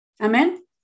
Amen